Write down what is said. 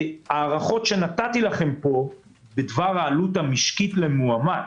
ההערכות שנתתי לכם פה בדבר העלות המשקית למאומת